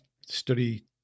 study